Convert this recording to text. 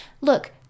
look